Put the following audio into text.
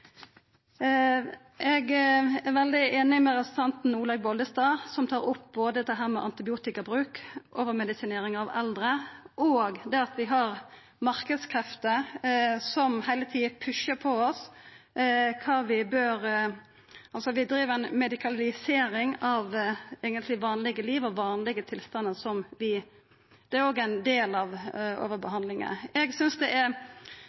Eg er veldig einig med representanten Olaug V. Bollestad, som tar opp både dette med antibiotikabruk, overmedisinering av eldre og det at vi har marknadskrefter som heile tida dyttar noko på oss. Vi driv med ei medikalisering av det som eigentleg er vanlege liv og vanlege tilstandar. Det er òg ein del av overbehandlinga. Eg synest det er